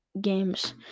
games